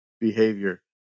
behavior